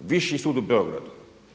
Viši sud u Beogradu.